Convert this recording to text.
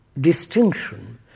distinction